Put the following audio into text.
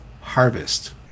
harvest